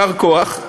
יישר כוח.